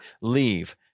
Leave